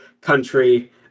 country